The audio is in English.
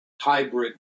hybrid